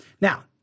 Now